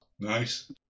Nice